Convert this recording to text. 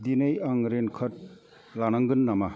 दिनै आं रेन कट लानांगोन नामा